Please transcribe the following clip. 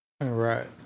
Right